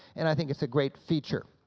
and i think it's a great feature.